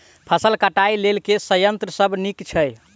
फसल कटाई लेल केँ संयंत्र सब नीक छै?